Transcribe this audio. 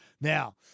Now